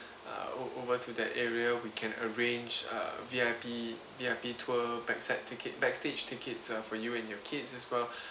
uh over to that area we can arrange a V_I_P V_I_P tour back set ticket backstage tickets for you and your kids as well